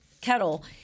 kettle